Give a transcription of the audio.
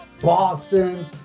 boston